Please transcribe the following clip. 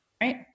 right